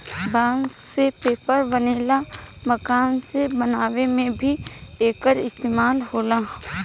बांस से पेपर बनेला, मकान के बनावे में भी एकर इस्तेमाल होला